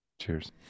Cheers